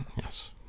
Yes